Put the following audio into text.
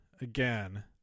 again